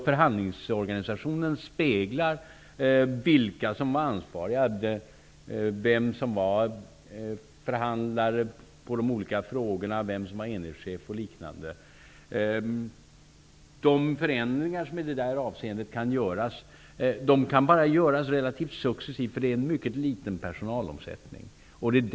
Förhandlingsorganisationen speglar vilka som var ansvariga, vem som var förhandlare i de olika frågorna -- vem som var enhetschef och liknande. De förändringar som i det avseendet kan göras kan bara göras successivt, därför att personalomsättningen är mycket liten.